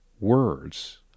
words